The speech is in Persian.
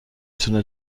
تونه